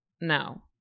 No